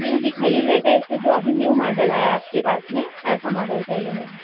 new दिखाइए latest जो अभी न्यू मॉडल आया आप के पास में ऐसा मॉडल चाहिए मुझे